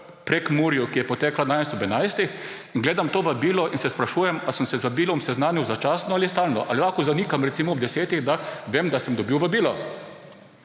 Prekmurju, ki je potekala danes ob enajstih, in gledam to vabilo in se sprašujem, ali sem se z vabilom seznanil začasno ali stalno, ali lahko zanikam recimo ob desetih, da vem, da sem dobil vabilo.